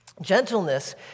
Gentleness